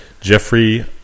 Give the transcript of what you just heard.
Jeffrey